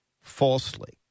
falsely